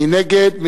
מי נגד?